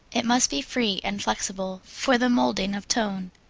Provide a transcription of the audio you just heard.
it must be free and flexible for the moulding of tone,